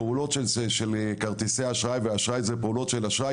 פעולות של כרטיסי אשראי ואשראי זה פעולות של אשראי,